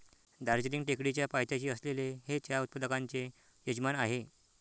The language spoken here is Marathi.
दार्जिलिंग टेकडीच्या पायथ्याशी असलेले हे चहा उत्पादकांचे यजमान आहे